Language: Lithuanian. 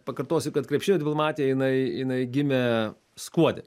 pakartosiu kad krepšinio diplomatija jinai jinai gimė skuode